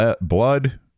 blood